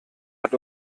hat